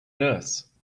nurse